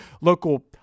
local